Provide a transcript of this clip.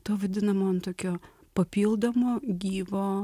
to vadinamo nu tokio papildomo gyvo